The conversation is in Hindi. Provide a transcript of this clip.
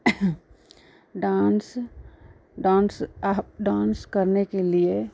डान्स डान्स डान्स करने के लिए